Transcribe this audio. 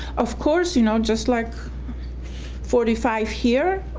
of course, you know, just like forty five here,